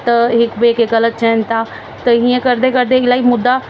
त हिक ॿिए खे ग़लति चवन था त हीअं करिदे करिदे इलाही मुद्दा